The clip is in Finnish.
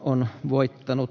arvoisa puhemies